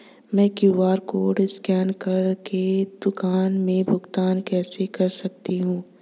मैं QR code scan कर के दुकान में भुगतान कैसे कर सकती हूँ?